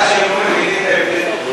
הבעיה שהפעם הם לא אומרים בדיחות.